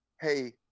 hey